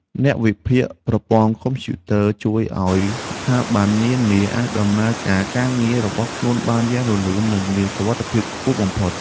អ្នកវិភាគប្រព័ន្ធកុំព្យូទ័រជួយឱ្យស្ថាប័ននានាអាចដំណើរការការងាររបស់ខ្លួនបានយ៉ាងរលូន និងមានសុវត្ថិភាពខ្ពស់បំផុត។